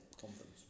Conference